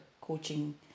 coaching